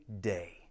day